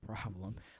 problem